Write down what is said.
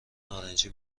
نارنجی